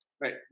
right